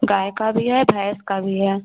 गाय का भी है भैंस का भी है